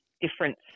difference